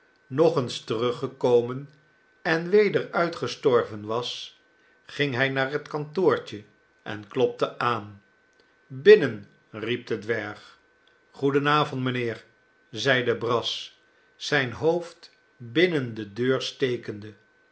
nog eens teruggekomen en weder uitgestorven was ging hij naar het kantoortje en klopte aan binnen riep de dwerg goeden avond mijnheer zeide brass zijn hoofd binnen de deur stekende